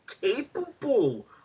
capable